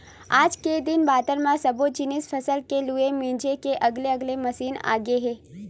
आज के दिन बादर म सब्बो जिनिस फसल के लूए मिजे के अलगे अलगे मसीन आगे हे